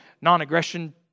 non-aggression